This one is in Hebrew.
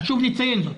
חשוב לציין זאת.